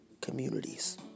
communities